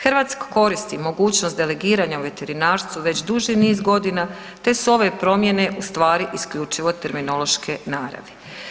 Hrvatska koristi mogućnost delegiranja u veterinarstvu već duži niz godina te su ove promjene ustvari isključivo terminološke naravi.